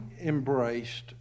embraced